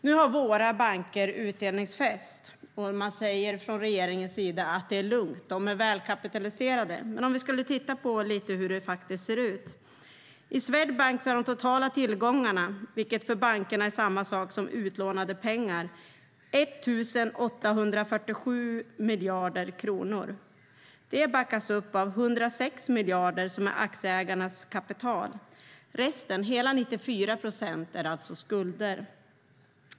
Nu har våra banker utdelningsfest, och regeringen säger att det är lugnt. De är välkapitaliserade. Men om vi skulle titta lite på hur det faktiskt ser ut: I Swedbank är de totala tillgångarna, vilket för bankerna är samma sak som utlånade pengar, 1 847 miljarder kronor. Det backas upp av 106 miljarder som är aktieägarnas kapital. Resten, hela 94 procent, är alltså skulder.